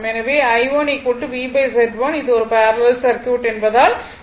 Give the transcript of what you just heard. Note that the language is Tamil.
எனவே I1 VZ1 இது ஒரு பேரலல் சர்க்யூட் என்பதால் அது Y1 V ஆகும்